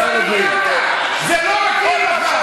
זה לא מתאים לך.